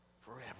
forever